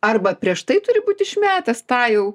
arba prieš tai turi būt išmetęs tą jau